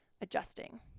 adjusting